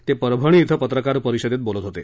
ते परभणी इथं पत्रकार परिषदेत बोलत होते